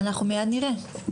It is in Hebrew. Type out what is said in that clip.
אנחנו מייד נראה.